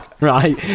Right